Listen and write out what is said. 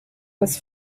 was